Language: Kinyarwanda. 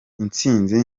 intsinzi